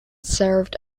served